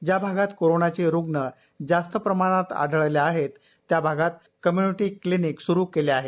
ज्या भागात कोरोनाचे रुग्ण जास्त प्रमाणात आठळले आहेत त्या भागात कम्य्निटी क्लिनिक स्रू केले आहेत